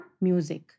music